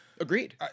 Agreed